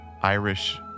Irish